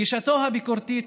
גישתו הביקורתית